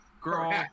girl